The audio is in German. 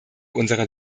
unserer